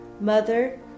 mother